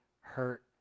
hurt